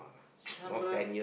six hundred